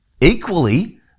Equally